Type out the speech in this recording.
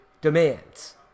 demands